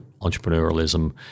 entrepreneurialism